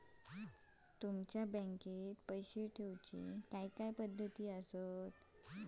तुमच्या बँकेत पैसे ठेऊचे काय पद्धती आसत?